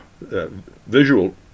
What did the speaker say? visual